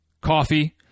coffee